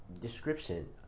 description